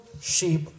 sheep